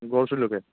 গড়চু লৈকে